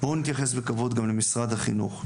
בואו נתייחס בכבוד גם למשרד החינוך,